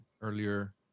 earlier